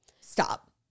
Stop